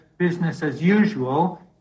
business-as-usual